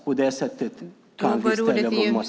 På det sättet kunde man stävja problemet.